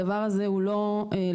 הדבר הזה הוא לא בשליטתנו,